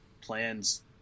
plans